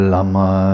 Lama